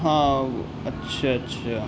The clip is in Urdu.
ہاں اچھا اچھا اچھا